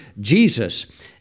Jesus